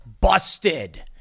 Busted